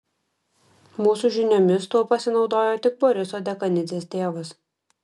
mūsų žiniomis tuo pasinaudojo tik boriso dekanidzės tėvas